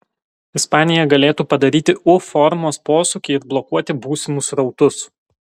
ispanija galėtų padaryti u formos posūkį ir blokuoti būsimus srautus